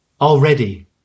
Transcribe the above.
already